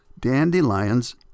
dandelions